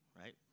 Right